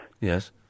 Yes